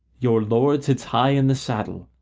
your lord sits high in the saddle,